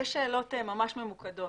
שאלות ממש ממוקדות.